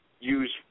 use